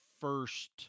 first